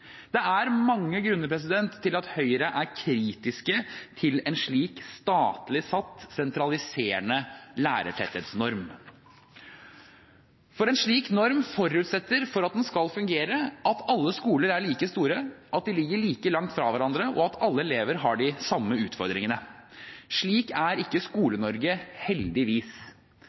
Det er mange grunner til at Høyre er kritisk til en slik statlig satt og sentraliserende lærertetthetsnorm. En slik norm forutsetter – for at den skal fungere – at alle skoler er like store, at de ligger like langt fra hverandre, og at alle elever har de samme utfordringene. Slik er ikke Skole-Norge – heldigvis!